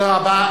תודה רבה,